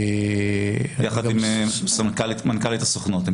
יחד עם מנכ"לית הסוכנות.